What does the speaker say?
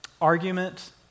argument